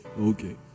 Okay